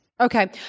Okay